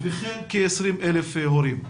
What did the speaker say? וכן כ-20,000 הורים.